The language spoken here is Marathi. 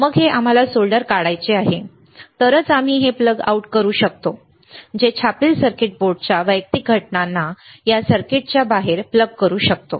मग हे आम्हाला सोल्डर काढायचे आहे तरच आम्ही हे प्लग आउट करू शकतो जे छापील सर्किट बोर्डच्या वैयक्तिक घटकांना या सर्किटच्या बाहेर प्लग करू शकतो